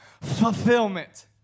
fulfillment